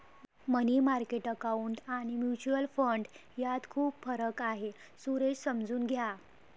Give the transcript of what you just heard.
मनी market account आणि mutual fund यात खूप फरक आहे, सुरेश समजून घ्या